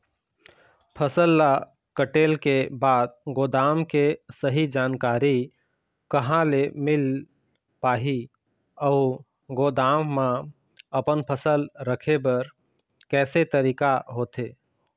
फसल ला कटेल के बाद गोदाम के सही जानकारी कहा ले मील पाही अउ गोदाम मा अपन फसल रखे बर कैसे तरीका होथे?